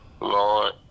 Lord